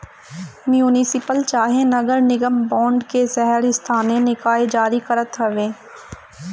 municipal चाहे नगर निगम बांड के शहरी स्थानीय निकाय जारी करत हवे